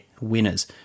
winners